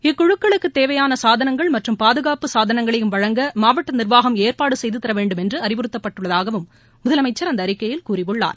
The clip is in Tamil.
இக்குழக்களுக்கு தேவையான சாதனங்கள் மற்றும் பாதுகாப்பு சாதனங்களையும் வழங்க மாவட்ட நிர்வாகம் ஏற்பாடு செய்து தர வேண்டும் என்று அறிவுறுத்தப்பட்டுள்ளதாகவும் முதலமைச்சர் அந்த அறிக்கையில் கூறியுள்ளார்